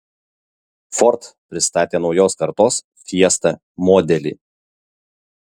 ford pristatė naujos kartos fiesta modelį